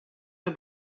the